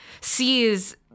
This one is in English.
sees